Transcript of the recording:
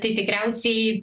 tai tikriausiai